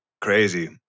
Crazy